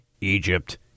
Egypt